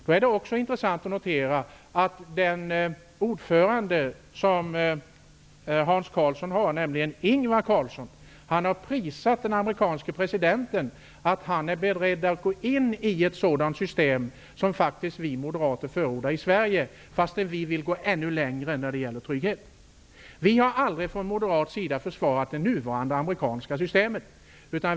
Det är också intressant att notera att den ordförande som Hans Karlsson har, nämligen Ingvar Carlsson, har prisat den amerikanske presidenten för att han är beredd att gå in i ett sådant system som vi moderater förordar i Sverige, fast vi vill gå ännu längre när det gäller trygghet. Vi från moderat sida har aldrig försvarat det nuvarande amerikanska systemet.